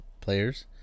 players